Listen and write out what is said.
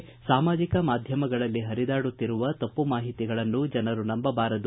ಆದರೆ ಸಾಮಾಜಿಕ ಮಾಧ್ಯಮಗಳಲ್ಲಿ ಹರಿದಾಡುತ್ತಿರುವ ತಪ್ಪು ಮಾಹಿತಿಗಳನ್ನು ಜನರು ನಂಬಬಾರದು